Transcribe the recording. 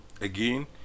Again